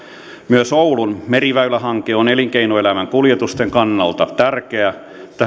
myös oulun meriväylähanke on elinkeinoelämän kuljetusten kannalta tärkeä